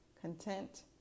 content